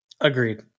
Agreed